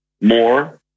more